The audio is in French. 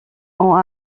ont